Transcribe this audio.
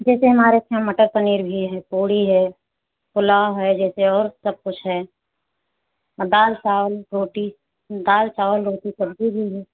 जैसे हमारे स हमारे यहाँ मटर पनीर भी है पूड़ी है पलाऊ है जैसे और सबकुछ है और दाल साल रोटी दाल चावल रोटी सब्जी भी है